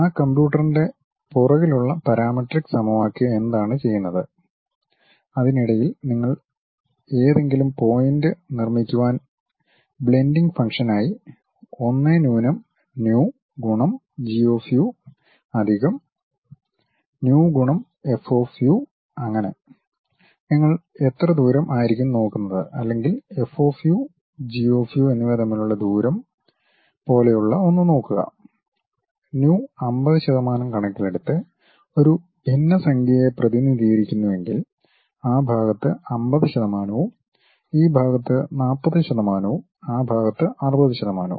ആ കമ്പ്യൂട്ടറിന്റെ പുറകിലുള്ള പാരാമെട്രിക് സമവാക്യം എന്താണ് ചെയ്യുന്നത് അതിനിടയിൽ നിങ്ങൾ ഏതെങ്കിലും പോയിന്റ് നിർമ്മിക്കുവാണ് ബ്ലെൻ്റിങ് ഫംഗ്ഷൻ ആയി 1 ന്യൂനം ന്യൂ ഗുണം ജി ഓഫ് യു അധികം ന്യൂ ഗുണം എഫ് ഓഫ് യു അങ്ങനെ നിങ്ങൾ എത്ര ദൂരം ആയിരിക്കും നോക്കുന്നത് അല്ലെങ്കിൽ F of U G of U എന്നിവ തമ്മിലുള്ള ദൂരം പോലെയുള്ള ഒന്ന് നോക്കുക ന്യൂ 50 ശതമാനം കണക്കിലെടുത്ത് ഒരു ഭിന്നസംഖ്യയെ പ്രതിനിധീകരിക്കുന്നുവെങ്കിൽ ആ ഭാഗത്ത് 50 ശതമാനവും ഈ ഭാഗത്ത് 40 ശതമാനവും ആ ഭാഗത്ത് 60 ശതമാനവും